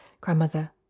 grandmother